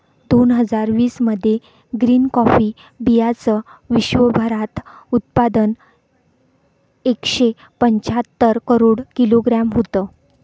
दोन हजार वीस मध्ये ग्रीन कॉफी बीयांचं विश्वभरात उत्पादन एकशे पंच्याहत्तर करोड किलोग्रॅम होतं